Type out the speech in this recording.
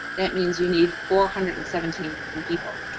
that means you need four hundred and seventeen and people.